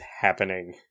happening